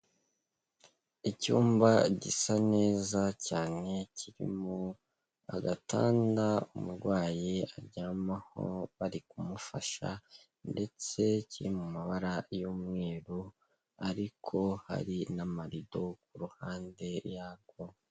Icyumba gisa neza cyane kirimo agatanda umurwayi aryamaho bari kumufasha ndetse kiri mu mabara y’umweru ariko hari n'amarido kuruhande yako.